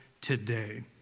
today